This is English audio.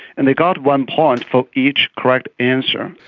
and they got one point for each correct answer.